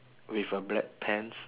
with a black pants